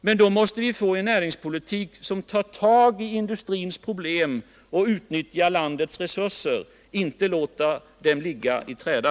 Men då måste vi få en näringspolitik som tar tag i industrins problem och utnyttjar landets resurser — inte låter dem ligga i träda.